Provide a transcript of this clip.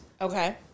Okay